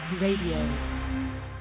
Radio